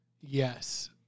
Yes